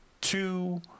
two